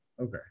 Okay